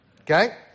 Okay